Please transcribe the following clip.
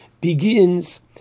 begins